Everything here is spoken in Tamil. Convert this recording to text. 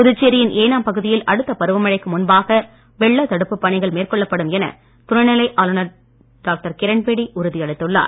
புதுச்சேரியின் ஏனாம் பகுதியில் அடுத்த பருவமழைக்கு முன்பாக வெள்ள தடுப்பு பணிகள் மேற்கொள்ளப்படும் என துணை நிலை ஆளுநர் டாக்டர் கிரண்பேடி உறுதியளித்துள்ளார்